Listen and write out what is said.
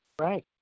Right